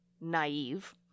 naive